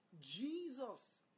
Jesus